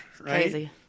Crazy